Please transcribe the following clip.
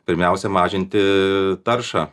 pirmiausia mažinti taršą